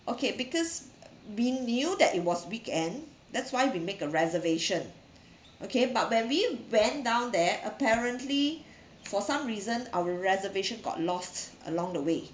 okay because we know that it was weekend that's why we make a reservation okay but when we went down there apparently for some reason our reservation got lost along the way